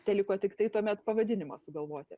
teliko tiktai tuomet pavadinimą sugalvoti